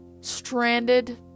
stranded